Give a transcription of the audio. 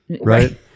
right